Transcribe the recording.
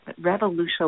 Revolution